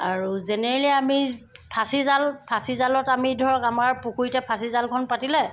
আৰু জেনেৰেলি আমি ফাঁচীজাল ফাঁচীজালত আমি ধৰক আমাৰ পুখুৰীতে ফাঁচীজালখন পাতিলে